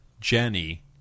Jenny